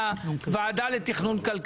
מהאופוזיציה.